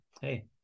hey